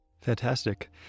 Fantastic